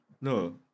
no